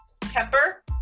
Kemper